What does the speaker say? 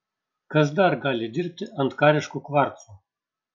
kas dar gali dirbti ant kariškių kvarcų